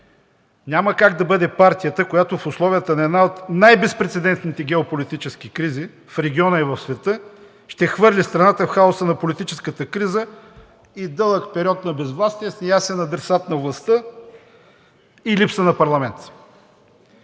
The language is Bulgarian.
няма как да бъде партията, която в условията на една от най-безпрецедентните геополитически кризи в региона и в света ще хвърли страната в хаоса на политическата криза и дълъг период на безвластие с ясен адресат на властта и липса на парламент.